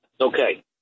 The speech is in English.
Okay